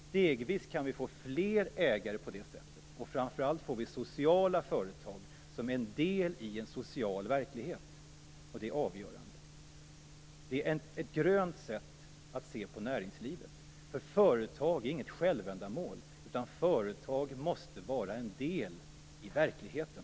Stegvis kan vi får fler ägare på det sättet, och framför allt får vi sociala företag som är en del i en social verklighet. Det är avgörande. Det är ett grönt sätt att se på näringslivet. Företag är inget självändamål. Företag måste vara en del i verkligheten.